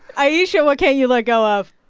ayesha, what can't you let go of?